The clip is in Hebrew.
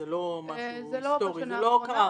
זה לא משהו היסטורי, זה לא קרה הרבה פעמים.